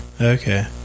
Okay